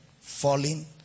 falling